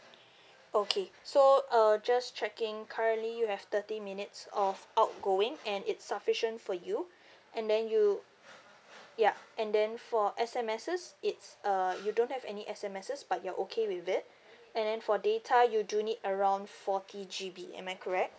okay so uh just checking currently you have thirty minutes of outgoing and it's sufficient for you and then you ya and then for S_M_S it's uh you don't have any S_M_S but you're okay with it and then for data you do need around forty G_B am I correct